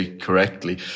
correctly